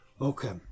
Okay